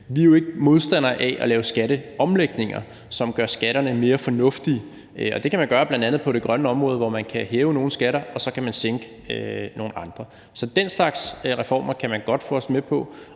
Vi er jo ikke modstandere af at lave skatteomlægninger, som gør skatterne mere fornuftige, og det kan man gøre bl.a. på det grønne område, hvor man kan hæve nogle skatter, og så kan man sænke nogle andre. Så den slags reformer kan man godt få os med på.